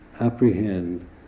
Apprehend